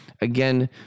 again